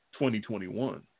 2021